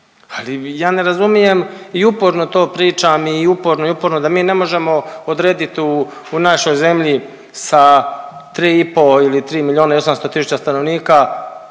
Ali ja ne razumijem i uporno to pričam i uporno i uporno, da mi ne možemo odredit u, u našoj zemlji sa 3,5 ili 3 milijuna i 800 tisuća stanovnika,